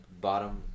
bottom